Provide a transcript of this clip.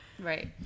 Right